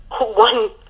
one